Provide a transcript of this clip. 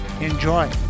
Enjoy